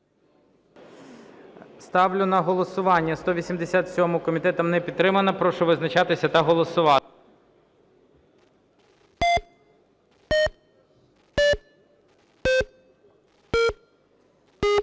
Ставлю на голосування 212-у. Комітет не підтримав. Прошу визначатися та голосувати.